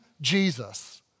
Jesus